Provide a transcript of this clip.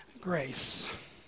Grace